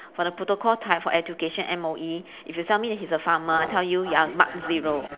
for the protocol type for education M_O_E if you tell me that he's a farmer I tell you you are marked zero